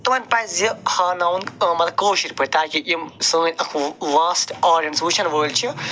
تِمن پزِ یہِ ہاوناوُن مگر کٲشِر پٲٹھۍ تاکہِ یِم سٲنۍ لاسٹ آیڈینٕس وٕچھن وٲلۍ چھِ